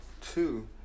two